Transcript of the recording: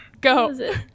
Go